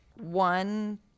one